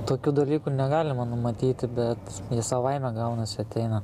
tokių dalykų negalime numatyti bet savaime gaunasi ateina